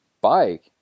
bike